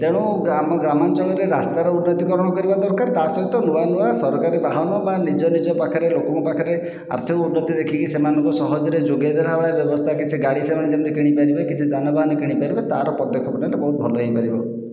ତେଣୁ ଆମ ଗ୍ରାମାଞ୍ଚଳରେ ରାସ୍ତାର ଉନ୍ନତିକରଣ କରିବା ଦରକାର ତା ସହିତ ନୂଆ ନୂଆ ସରକାରୀ ବାହନ ବା ନିଜ ନିଜ ପାଖରେ ଲୋକଙ୍କ ପାଖରେ ଆର୍ଥିକ ଉନ୍ନତି ଦେଖିକି ସେମାନଙ୍କୁ ସହଜରେ ଯୋଗେଇଦେଲା ଭଳି ବ୍ୟବସ୍ଥା କିଛି ଗାଡ଼ି ସେମାନେ ଯେମିତି କିଣିପାରିବେ କିଛି ଯାନବାହାନ କିଣିପାରିବେ ତା'ର ପଦକ୍ଷେପ ନେଲେ ବହୁତ ଭଲ ହୋଇପାରିବ